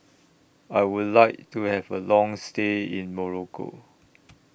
I Would like to Have A Long stay in Morocco